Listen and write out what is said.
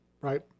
Right